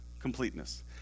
completeness